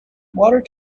water